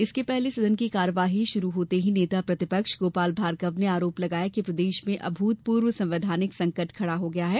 इसके पहले सदन की कार्यवाही शुरु होते ही नेता प्रतिपक्ष गोपाल भार्गव ने आरोप लगाया कि प्रदेश में अभूतपूर्व संवैधानिक संकट खड़ा हो गया है